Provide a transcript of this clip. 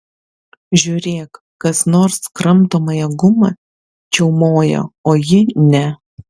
žiūrėk kas nors kramtomąją gumą čiaumoja o ji ne